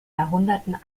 jahrhunderten